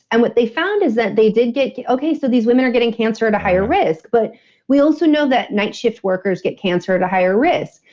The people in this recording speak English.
and what they found is that they did get. okay so these women are getting cancer at a higher risk, but we also know that night shift workers get cancer at a higher risk.